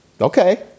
okay